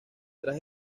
tras